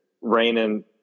raining